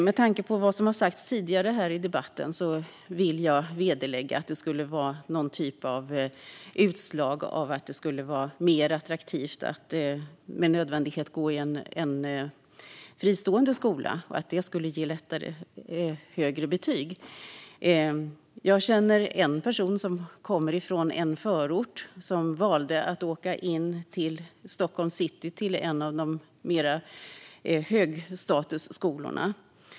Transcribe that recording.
Med tanke på vad som har sagts tidigare här i debatten vill jag vederlägga att det skulle vara någon typ av utslag av att det skulle vara mer attraktivt att med nödvändighet gå i en fristående skola och att det lättare skulle ge högre betyg. Jag känner en person som kommer från en förort och som valde att åka in till Stockholms city till en av skolorna med hög status.